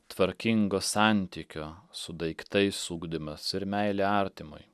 tvarkingo santykio su daiktais ugdymas ir meilė artimui